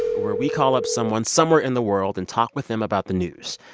where we call up someone somewhere in the world and talk with them about the news.